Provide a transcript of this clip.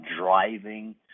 driving